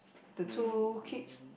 the two kids